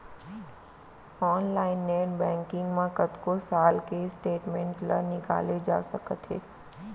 online net banking म कतको साल के स्टेटमेंट ल निकाले जा सकत हे